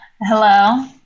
Hello